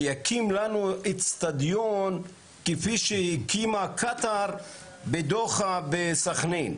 שיקים לנו אצטדיון כפי שהקימה קטאר בדוחא בסכנין.